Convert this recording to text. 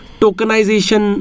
tokenization